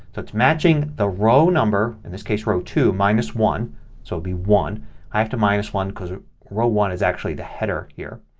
it's matching the row number, in this case row two minus one so it'll be one. i have to minus one because row one is actually the header here.